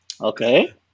Okay